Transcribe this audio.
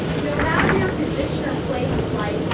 no matter your position or place in life,